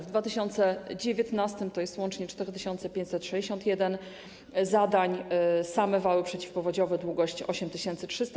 W 2019 r. to jest łącznie 4561 zadań, same wały przeciwpowodziowe - długość 8300.